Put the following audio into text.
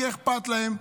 כי אכפת להם.